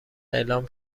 اعلام